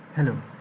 Hello